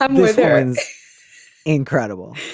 um with erin incredible